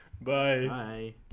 bye